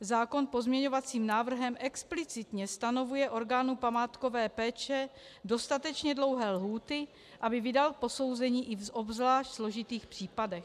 Zákon pozměňovacím návrhem explicitně stanovuje orgánu památkové péče dostatečně dlouhé lhůty, aby vydal posouzení i v obzvlášť složitých případech.